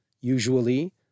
usually